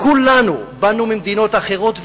כולנו באנו ממדינות אחרות,